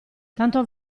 tanto